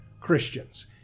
Christians